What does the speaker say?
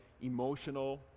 emotional